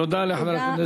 תודה לחבר הכנסת דב חנין.